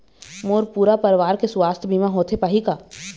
मोर पूरा परवार के सुवास्थ बीमा होथे पाही का?